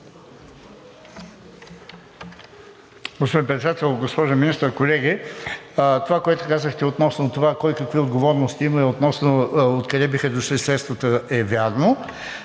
Господин Председател, госпожо Министър, колеги! Това, което казахте, относно това кой какви отговорности има и относно откъде биха дошли средствата, е вярно.